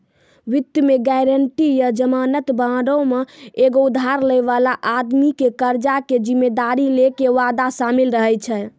वित्त मे गायरंटी या जमानत बांडो मे एगो उधार लै बाला आदमी के कर्जा के जिम्मेदारी लै के वादा शामिल रहै छै